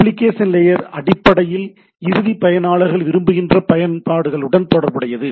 application layer அடிப்படையில் இறுதி பயனாளர்கள் விரும்புகின்ற பயன்பாடுகளுடன் தொடர்புடையது